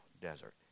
desert